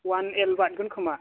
one एल बारगोन खोमा